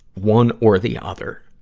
one or the other.